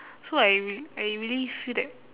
so I re~ I really feel that